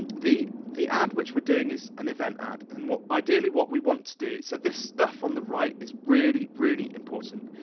and the, the ad which we're doing is an event ad. and what, ideally, what we want to do, so this stuff on the right is really, really important.